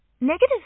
negative